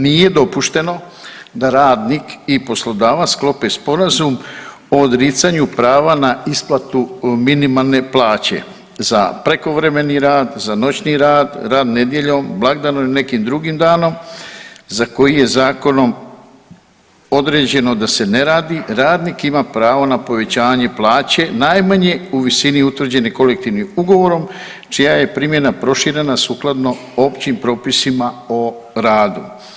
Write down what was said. Nije dopušteno da radnik i poslodavac sklope sporazum o odricanju prava na isplatu minimalne plaće za prekovremeni rad, za noćni rad, rad nedjeljom, blagdanom ili nekim drugim danom za koji je zakonom određeno da se ne radi radnik ima pravo na povećanje plaće najmanje u visini utvrđenoj kolektivnim ugovorom čija je primjena proširena sukladno općim propisima o radu.